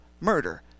murder